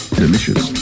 delicious